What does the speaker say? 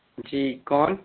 جی کون